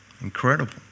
Incredible